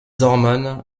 hormones